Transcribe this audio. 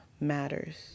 matters